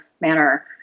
manner